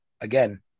Again